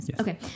okay